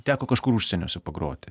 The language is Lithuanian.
teko kažkur užsieniuose pagroti